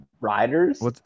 riders